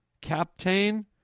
captain